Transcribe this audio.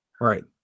Right